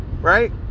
Right